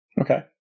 Okay